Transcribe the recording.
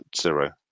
zero